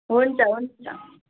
हुन्छ हुन्छ